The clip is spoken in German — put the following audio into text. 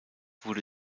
wurde